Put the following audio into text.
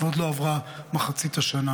ועוד לא עברה מחצית השנה.